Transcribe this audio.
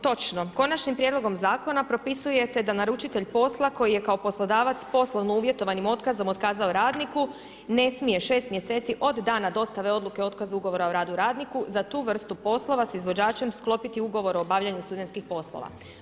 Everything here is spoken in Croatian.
Točno, konačnim prijedlogom zakona propisujete da naručitelj posla koji je kao poslodavac poslovno uvjetovanim otkazom otkazao radniku ne smije 6 mjeseci od dana dostave odluke otkaza ugovora o radu radniku za tu vrstu poslova s izvođačem sklopiti ugovor o obavljanju studentskih poslova.